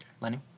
Lenny